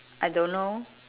I don't know